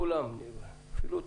כולם נפגעו.